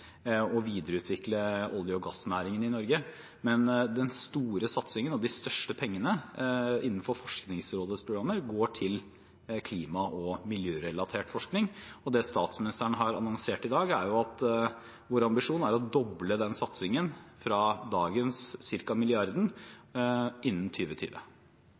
videreutvikle olje- og gassnæringen i Norge, men den store satsingen og de største pengene innenfor Forskningsrådets programmer går til klima- og miljørelatert forskning. Og det som statsministeren annonserte her i dag, er jo at vår ambisjon er å doble den satsingen fra dagens, ca. milliarden, innen